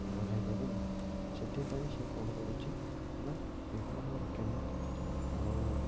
ବଢ଼ାଇ ପାରୁନାହିଁ ସେଥିପାଇଁ ସେ କ'ଣ କରୁଛି ନା ବିଭିନ୍ନ ପ୍ରକାର କେନାଲ ଆଉ